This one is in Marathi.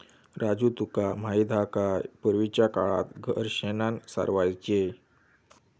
राजू तुका माहित हा काय, पूर्वीच्या काळात घर शेणानं सारवायचे